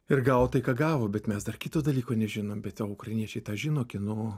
ir gavo tai ką gavo bet mes dar kito dalyko nežinom bet o ukrainiečiai tą žino kieno